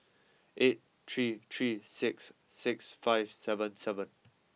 eight three three six six five seven seven